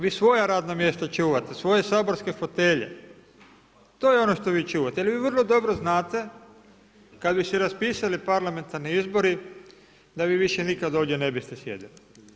Vi svoja radna mjesta čuvate, svoje saborske fotelje, to je ono što vi čuvate jer vi vrlo dobro znate kad bi se raspisali parlamentarni izbori da vi više nikad ovdje ne biste sjedili.